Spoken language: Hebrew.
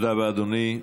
תודה רבה, אדוני.